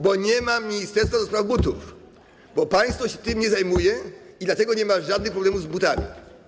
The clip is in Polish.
Bo nie ma ministerstwa do spraw butów, bo państwo się tym nie zajmuje i dlatego nie ma żadnych problemów z butami.